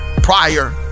prior